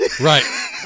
Right